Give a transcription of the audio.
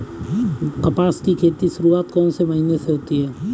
कपास की खेती की शुरुआत कौन से महीने से होती है?